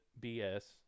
bs